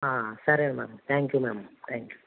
సరే ma'am thank you ma'am thank you